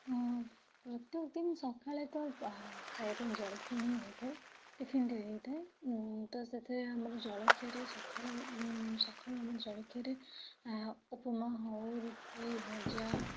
ହଁ ପ୍ରତ୍ୟକ ଦିନ ସକାଳେ ତ ଖାଇବା ପାଇଁ ଜଳଖିଆ ହିଁ ହୋଇଥାଏ ଟିଫିନ୍ ତିଆରି ହୋଇଥାଏ ତ ସେଥିରେ ଆମର ଜଳଖିଆରେ ସକାଳୁ ସକାଳୁ ଆମର ଜଳଖିଆରେ ଉପମା ହେଉ ରୁଟି ଭଜା